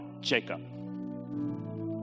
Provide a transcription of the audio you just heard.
Jacob